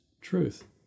truth